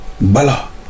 Bala